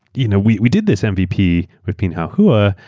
you know we we did this mvp with pinhaohuo,